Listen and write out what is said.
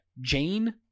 Jane